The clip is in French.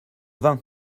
vingt